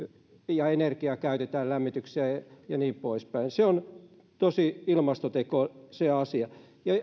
ja käytetään energiaa lämmitykseen ja niin poispäin se on tosi ilmastoteko se asia ja